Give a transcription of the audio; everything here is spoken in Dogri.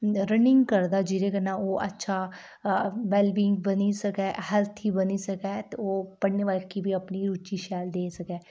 रनिंग करदा जेह्दे कन्नै ओह् अच्छा वेल विंग बनी सकै हेल्थी बनी सकै ते ओह् पढ़ने बक्खी बी ओह् रूचि शैल देई सकै